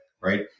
Right